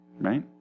Right